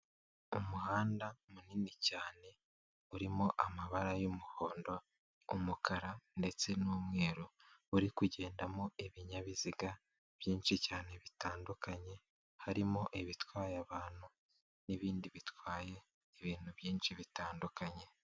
Umuhanda munini cyane urimo amabara y'umuhondo, umukara ndetse n'umweru, uri kugendamo ibinyabiziga byinshi cyane bitandukanye, harimo ibitwaye abantu n'ibindi bitwaye ibintu byinshi bitandukanye.